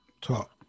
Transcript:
talk